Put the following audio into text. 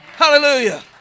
Hallelujah